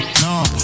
No